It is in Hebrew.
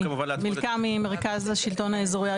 מילכה ממרכז השלטון האזורי.